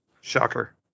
Shocker